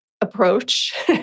approach